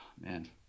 Man